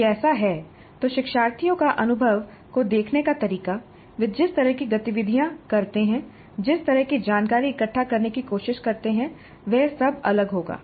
यदि ऐसा है तो शिक्षार्थियों का अनुभव को देखने का तरीका वे जिस तरह की गतिविधियाँ करते हैं जिस तरह की जानकारी इकट्ठा करने की कोशिश करते हैं वह सब अलग होगा